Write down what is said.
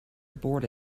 abort